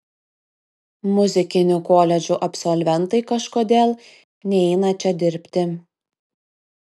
muzikinių koledžų absolventai kažkodėl neina čia dirbti